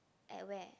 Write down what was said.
at where